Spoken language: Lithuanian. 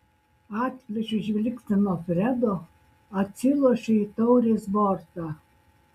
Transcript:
atplėšiu žvilgsnį nuo fredo atsilošiu į taurės bortą